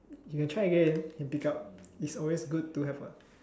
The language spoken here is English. you can try again and pick up its always good to have a